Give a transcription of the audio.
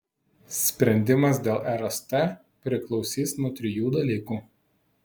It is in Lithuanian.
sprendimas dėl rst priklausys nuo trijų dalykų